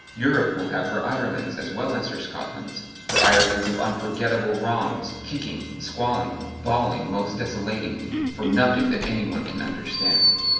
europe will have her irelands as well as her scotlands, her irelands of unforgettable wrongs, kicking, squalling, bawling most desolatingly, for nothing that any one can understand.